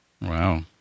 Wow